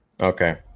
Okay